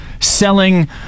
selling